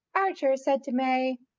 archer said to may,